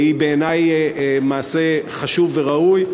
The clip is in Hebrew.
היא בעיני מעשה חשוב וראוי.